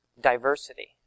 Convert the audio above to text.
diversity